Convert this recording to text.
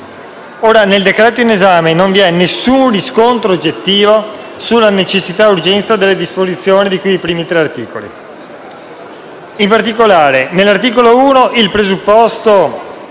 Nel decreto-legge in esame non vi è nessun riscontro oggettivo sulla necessità ed urgenza delle disposizioni di cui ai primi tre articoli. In particolare, all'articolo 1 il presupposto